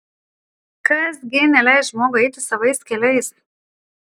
kas gi neleis žmogui eiti savais keliais